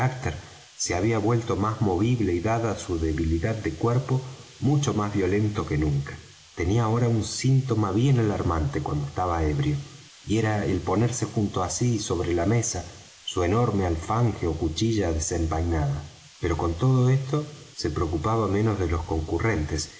se había vuelto más movible y dada su debilidad de cuerpo mucho más violento que nunca tenía ahora un síntoma bien alarmante cuando estaba ebrio y era el ponerse junto á sí sobre la mesa su enorme alfange ó cuchilla desenvainada pero con todo esto se preocupaba menos de los concurrentes